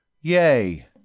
Yay